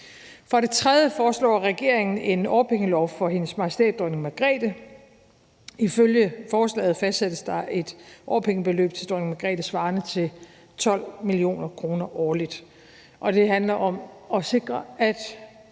For det tredje foreslår regeringen en årpengelov for Hendes Majestæt Dronning Margrethe. Ifølge forslaget fastsættes der et årpengebeløb til dronning Margrethe svarende til 12 mio. kr. årligt. Det handler om at sikre, at